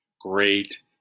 Great